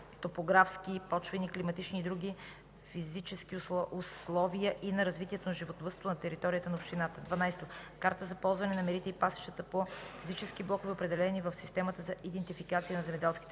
топографски, почвени, климатични и други физически условия, и на развитието на животновъдството на територията на общината; 12. карта за ползването на мерите и пасищата по физически блокове, определени в Системата за идентификация на земеделските